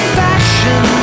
fashion